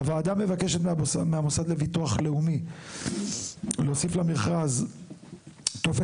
6. הוועדה מבקשת מהמוסד לביטוח לאומי להוסיף למכרז טופס